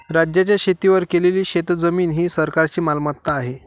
राज्याच्या शेतीवर केलेली शेतजमीन ही सरकारची मालमत्ता आहे